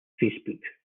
facebook